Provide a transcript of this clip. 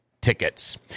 Tickets